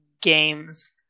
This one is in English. games